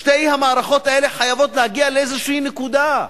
שתי המערכות האלה חייבות להגיע לאיזו נקודה.